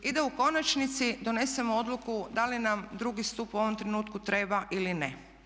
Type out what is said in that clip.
I da u konačnici donesemo odluku da li nam drugi stup u ovom trenutku treba ili ne.